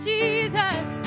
Jesus